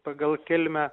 pagal kilmę